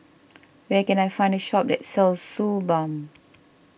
where can I find a shop that sells Suu Balm